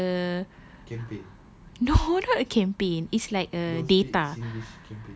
it's like a no not a campaign it's like a a data